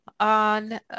on